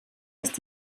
ist